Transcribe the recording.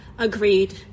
Agreed